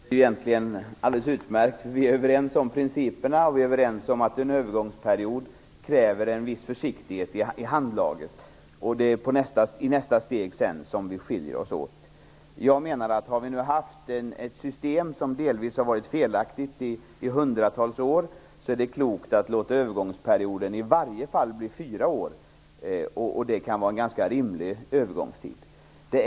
Fru talman! Det är egentligen alldeles utmärkt. Vi är överens om principerna, och vi är överens om att en övergångsperiod kräver en viss försiktighet i handlaget. Det är i nästa steg som vi skiljer oss åt. Om vi nu i hundratals år har haft ett system som delvis har varit felaktigt är det klokt att låta övergångsperioden i varje fall bli fyra år. Det kan vara en ganska rimlig övergångstid.